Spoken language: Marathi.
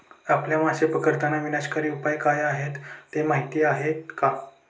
आपल्या मासे पकडताना विनाशकारी उपाय काय आहेत हे माहीत आहे का?